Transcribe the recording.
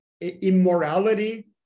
immorality